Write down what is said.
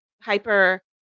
hyper